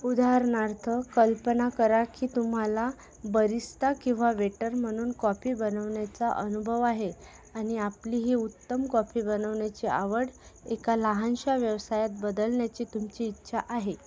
उदाहरणार्थ कल्पना करा की तुम्हाला बरिस्ता किंवा वेटर म्हणून कॉफी बनवण्याचा अनुभव आहे आणि आपली ही उत्तम कॉफी बनविण्याची आवड एका लहानशा व्यवसायात बदलण्याची तुमची इच्छा आहे